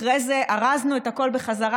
ואחרי זה ארזנו את הכול בחזרה.